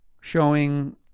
showing